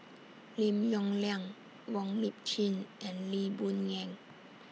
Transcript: Lim Yong Liang Wong Lip Chin and Lee Boon Ngan